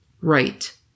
Right